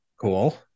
Cool